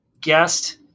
guest